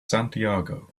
santiago